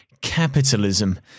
capitalism